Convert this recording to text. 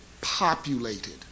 populated